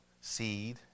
seed